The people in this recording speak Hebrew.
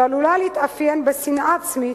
שעלולה להתאפיין בשנאה עצמית,